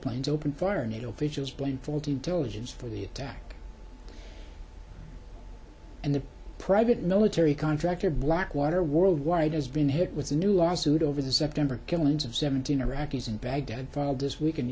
warplanes opened fire nato officials blamed faulty intelligence for the attack and the private military contractor blackwater worldwide has been hit with a new lawsuit over the september killings of seventeen iraqis in baghdad this week and